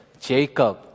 Jacob